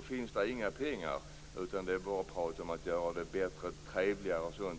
Om det inte finns några pengar utan bara tal om att det göra det bättre och trevligare,